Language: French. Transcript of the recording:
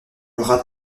rat